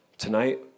Tonight